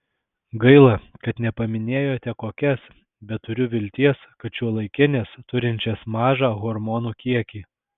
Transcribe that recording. gaila kad nepaminėjote kokias bet turiu vilties kad šiuolaikines turinčias mažą hormonų kiekį